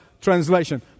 translation